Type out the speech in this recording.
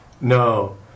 No